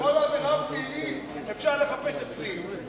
בכל עבירה פלילית אפשר לחפש אצלי,